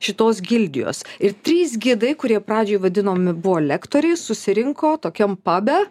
šitos gildijos ir trys gidai kurie pradžiai vadinomi buvo lektoriai susirinko tokiam pabe